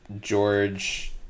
george